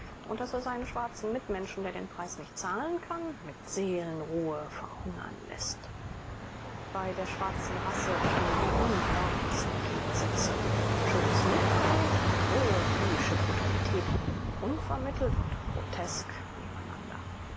und daß er seinen schwarzen mitmenschen der den preis nicht zahlen kann mit seelenruhe verhungern läßt bei der schwarzen rasse stehen die unglaublichsten gegensätze schönes mitleid und rohe viehische brutalität unvermittelt und grotesk nebeneinander